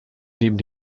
neben